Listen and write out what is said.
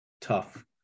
tough